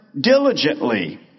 diligently